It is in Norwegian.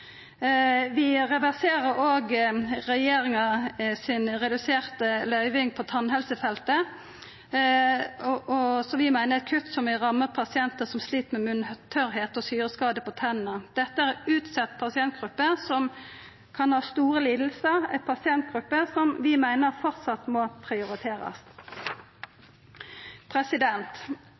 Vi reverserer òg regjeringa si reduserte løyving på tannhelsefeltet, som vi meiner er eit kutt som vil ramma pasientar som slit med tørr munn og syreskade på tennene. Dette er ei utsett pasientgruppe som kan ha store lidingar, ei pasientgruppe som vi meiner framleis må prioriterast.